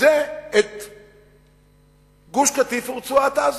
זה גוש-קטיף ורצועת-עזה.